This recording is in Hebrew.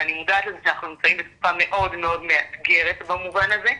ואני מודעת לזה שאנחנו נמצאים בתקופה מאוד מאוד מאתגרת במובן הזה,